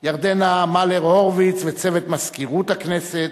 ירדנה מלר-הורוביץ ולצוות מזכירות הכנסת,